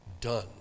done